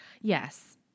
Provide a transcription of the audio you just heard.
Yes